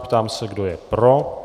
Ptám se, kdo je pro.